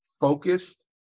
focused